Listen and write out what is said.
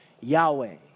Yahweh